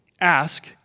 ask